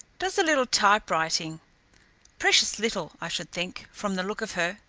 does a little typewriting precious little, i should think, from the look of her.